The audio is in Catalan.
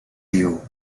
diu